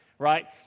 Right